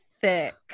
thick